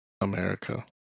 America